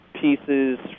pieces